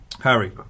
Harry